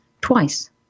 Twice